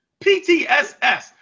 PTSS